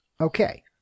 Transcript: Okay